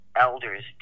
elders